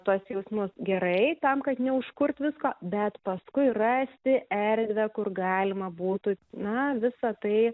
tuos jausmus gerai tam kad neužkurt visko bet paskui rasti erdvę kur galima būtų na visa tai